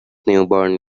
newborn